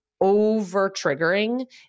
over-triggering